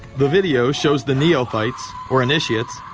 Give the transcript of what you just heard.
the video shows the neophytes, or initiates,